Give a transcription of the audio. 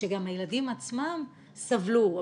גם הילדים עצמם סבלו,